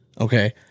Okay